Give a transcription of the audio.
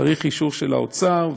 צריך אישור של האוצר,